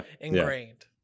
ingrained